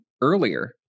earlier